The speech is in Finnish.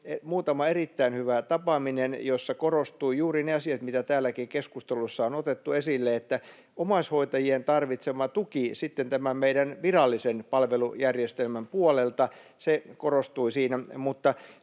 muutama erittäin hyvä tapaaminen, joissa korostuivat juuri ne asiat, mitä täälläkin keskustelussa on otettu esille. Siinä korostui omaishoitajien tarvitsema tuki tämän meidän virallisen palvelujärjestelmän puolelta. Mutta